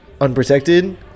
unprotected